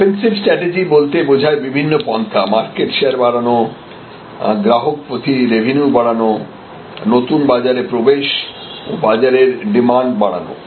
offensive strategy বলতে বোঝায় বিভিন্ন পন্থা মার্কেট শেয়ার বাড়ানো গ্রাহক প্রতি রেভিনিউ বাড়ানো নতুন বাজারে প্রবেশ ও বাজারের ডিমান্ড বাড়ানো